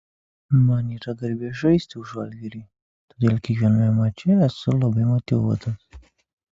man yra garbė žaisti už žalgirį todėl kiekviename mače esu labai motyvuotas